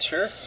Sure